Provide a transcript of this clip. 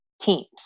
teams